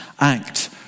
act